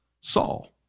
Saul